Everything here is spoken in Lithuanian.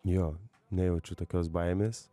jo nejaučiu tokios baimės